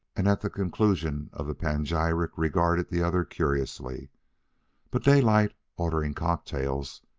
and at the conclusion of the panegyric regarded the other curiously but daylight, ordering cocktails,